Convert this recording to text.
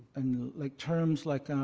and like terms like